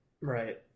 Right